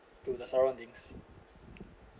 to the surroundings